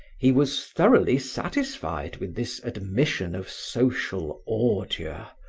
he was thoroughly satisfied with this admission of social ordure,